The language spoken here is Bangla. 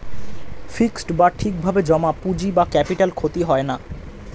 ফিক্সড বা ঠিক ভাবে জমা পুঁজি বা ক্যাপিটাল ক্ষতি হয় না